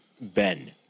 Ben